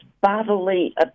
bodily